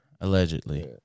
Allegedly